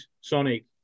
Sonic